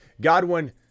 Godwin